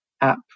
app